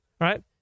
right